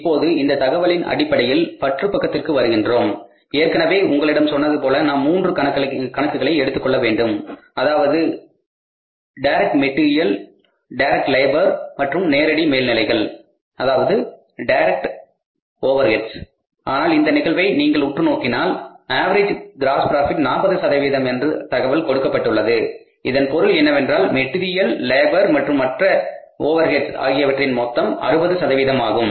இப்பொழுது இந்த தகவலின் அடிப்படையில் பற்று பக்கத்திற்கு வருகின்றோம் ஏற்கனவே உங்களிடம் சொன்னது போல நாம் மூன்று கணக்குகளை எடுத்துக்கொள்ள வேண்டும் அதாவது நேரடி மெடீரியால் நேரடி லேபர் மற்றும் நேரடி மேல்நிலைகள் ஆனால் இந்த நிகழ்வை நீங்கள் உற்று நோக்கினால் அவரேஜ் கிராஸ் ப்ராபிட் 40 என்ற தகவல் கொடுக்கப்பட்டுள்ளது இதன் பொருள் என்னவென்றால் மெடீரியால் லேபர் மற்றும் மற்ற ஓவர்ஹெட்ஸ் ஆகியவற்றின் மொத்தம் 60 ஆகும்